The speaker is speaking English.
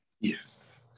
Yes